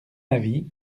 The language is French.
avis